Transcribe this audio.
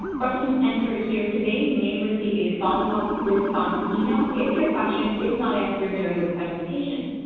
questions entered here today may receive a follow-up response email if your question is not answered during the presentation.